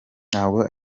ntabwo